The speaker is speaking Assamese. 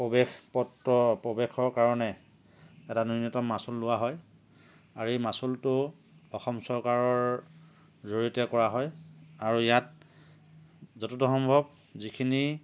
প্ৰৱেশ পত্ৰ প্ৰৱেশৰ কাৰণে এটা ন্যূনতম মাচুল লোৱা হয় আৰু এই মাচুলটো অসম চৰকাৰৰ জৰিয়তে কৰা হয় আৰু ইয়াত য'তদূৰ সম্ভৱ